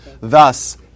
Thus